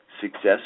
Success